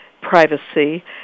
privacy